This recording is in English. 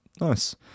Nice